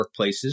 workplaces